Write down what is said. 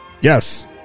Yes